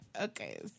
Okay